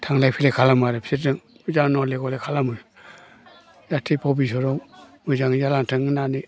थांलाय फैलाय खालामो आरो बिसोरजों जा नले गले खालामो जाहाथे भबिस्ताव मोजाङै जालांथों होननानै